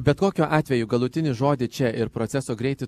bet kokiu atveju galutinį žodį čia ir proceso greitį